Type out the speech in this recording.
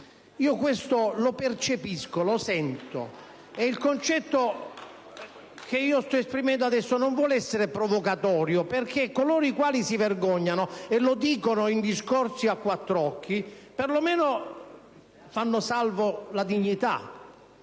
Io questo lo percepisco, lo sento. Il concetto che sto esprimendo adesso non vuole essere provocatorio, perché coloro i quali si vergognano, e lo dicono in discorsi a quattr'occhi, perlomeno fanno salva la dignità,